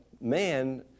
man